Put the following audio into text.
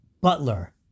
Butler